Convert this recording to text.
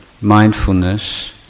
mindfulness